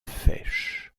fesch